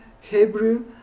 Hebrew